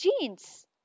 jeans